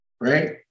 Right